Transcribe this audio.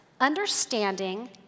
understanding